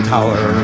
Tower